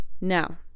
Now